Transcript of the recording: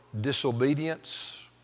disobedience